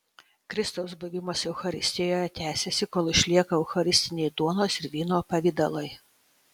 kristaus buvimas eucharistijoje tęsiasi kol išlieka eucharistiniai duonos ir vyno pavidalai